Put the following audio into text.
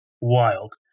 wild